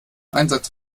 einsatz